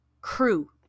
crew